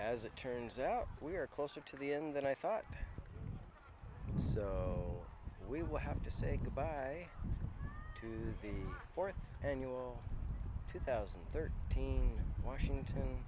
as it turns out we are closer to the inn than i thought so we will have to say goodbye to the fourth annual two thousand and thirteen washington